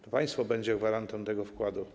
To państwo będzie gwarantem tego wkładu.